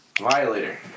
Violator